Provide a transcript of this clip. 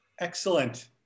Excellent